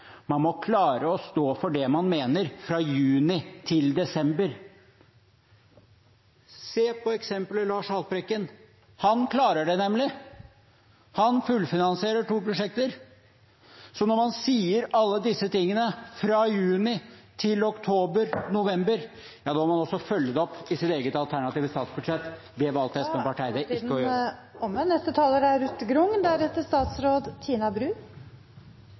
Man må klare å stå for det man mener i både juni og desember. Se på eksempelet Lars Haltbrekken. Han klarer det nemlig. Han fullfinansierer to prosjekter. Så når man sier alle disse tingene fra juni til oktober/november, må man også følge det opp i sitt eget alternative statsbudsjett. Det valgte Espen Barth Eide